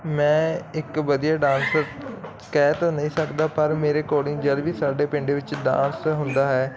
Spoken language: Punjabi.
ਮੈਂ ਇੱਕ ਵਧੀਆ ਡਾਕਟਰ ਕਹਿ ਤਾਂ ਨਹੀਂ ਸਕਦਾ ਪਰ ਮੇਰੇ ਅਕੋਡਿੰਗ ਜਦ ਵੀ ਸਾਡੇ ਪਿੰਡ ਵਿੱਚ ਡਾਂਸ ਹੁੰਦਾ ਹੈ